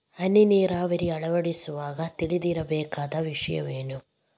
ಹನಿ ನೀರಾವರಿ ಅಳವಡಿಸುವಾಗ ತಿಳಿದಿರಬೇಕಾದ ವಿಷಯವೇನು?